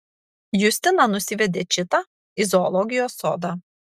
justina nusivedė čitą į zoologijos sodą